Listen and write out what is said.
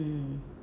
mm